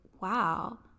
wow